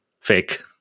fake